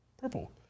purple